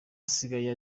asigaye